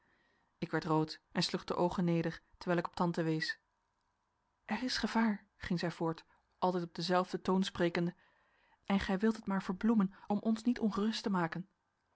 ik werd rood en sloeg de pogen neder terwijl ik op tante wees er is gevaar ging zij voort altijd op denzelfden toon sprekende en gij wilt het maar verbloemen om ons niet ongerust te maken